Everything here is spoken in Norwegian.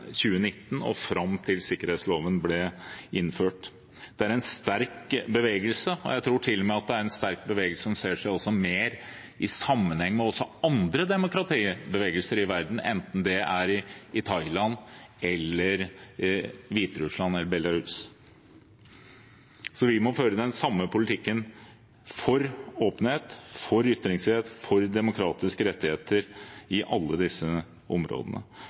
2019 og fram til sikkerhetsloven ble innført. Det er en sterk bevegelse. Jeg tror til og med at det er en sterk bevegelse som ser seg mer i sammenheng med andre demokratibevegelser i verden, enten det er i Thailand eller i Hviterussland. Vi må føre den samme politikken for åpenhet, for ytringsfrihet og for demokratiske rettigheter i alle disse områdene.